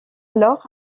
alors